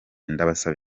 ndabasaba